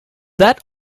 that